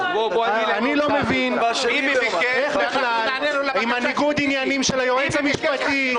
אני לא מבין איך בכלל עם ניגוד העניינים של היועץ המשפטי,